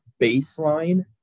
baseline